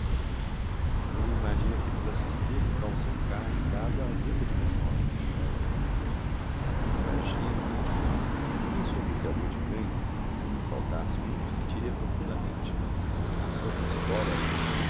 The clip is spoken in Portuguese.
não imagina que desassossego causou cá em casa a ausência de miss dollar imagino minha senhora eu também sou apreciador de cães e se me faltasse um sentiria profundamente a sua